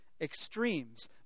extremes